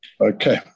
Okay